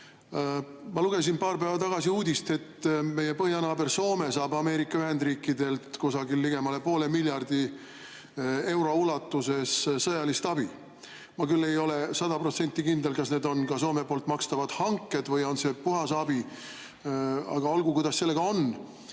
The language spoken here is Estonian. Ma lugesin paar päeva tagasi uudist, et meie põhjanaaber Soome saab Ameerika Ühendriikidelt ligemale poole miljardi euro ulatuses sõjalist abi. Ma küll ei ole 100% kindel, kas need on ka Soome makstavad hanked või on see puhas abi. Aga olgu sellega,